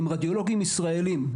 עם רדיולוגים ישראלים.